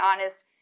honest